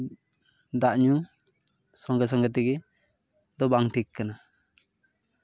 ᱫᱟᱜ ᱧᱩ ᱥᱚᱝᱜᱮ ᱥᱚᱝᱜᱮ ᱛᱮᱜᱮ ᱫᱚ ᱵᱟᱝ ᱴᱷᱤᱠ ᱠᱟᱱᱟ